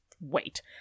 wait